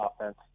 offense